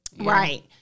Right